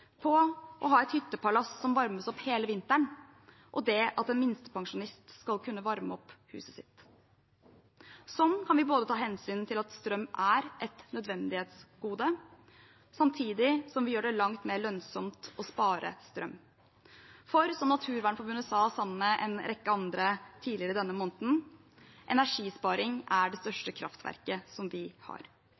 på å ha et hyttepalass som varmes opp hele vinteren, og det at en minstepensjonist skal kunne varme opp huset sitt. Slik kan vi både ta hensyn til at strøm er et nødvendighetsgode, samtidig som vi gjør det langt mer lønnsomt å spare strøm. Som Naturvernforbundet sammen med en rekke andre sa tidligere denne måneden: Energisparing er det største kraftverket vi har.